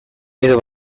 edo